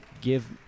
Give